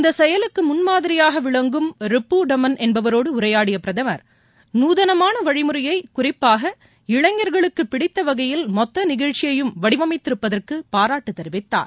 இந்த செயலுக்கு முன்மாதிரியாக விளங்கும் ரிபு தமன் என்பவரோடு உரையாடிய பிரதமர் நுதனமான வழிமுறையை குறிப்பாக இளைஞர்களுக்கு பிடித்தவகையில் மொத்த நிகழ்ச்சியையும் வடிவமைத்திருப்பதற்காக பாராட்டு தெரிவித்தார்